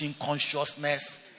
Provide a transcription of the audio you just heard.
consciousness